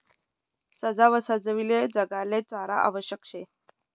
सजीवसले जगाले चारा आवश्यक शे